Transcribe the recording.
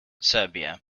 serbia